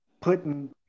putting